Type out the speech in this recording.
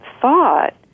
thought